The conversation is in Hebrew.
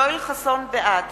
בעד